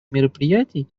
мероприятий